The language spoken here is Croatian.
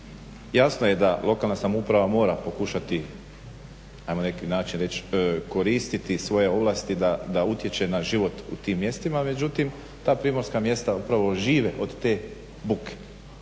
Jasno je da lokalna samouprava mora pokušati ajmo na neki način reći koristiti svoje ovlasti da utječe na život u tim mjestima, međutim ta primorska mjesta upravo žive od te buke.